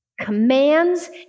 commands